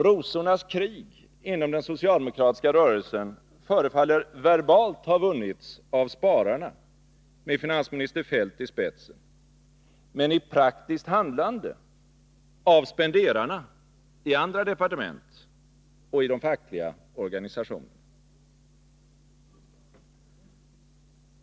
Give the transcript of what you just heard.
”Rosornas krig” inom den socialdemokratiska rörelsen förefaller verbalt ha vunnits av spararna med finansminister Feldt i spetsen men i praktiskt handlande av spenderarna i andra departement och i de fackliga organisationerna.